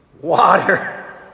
water